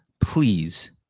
please